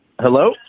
hello